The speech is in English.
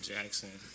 Jackson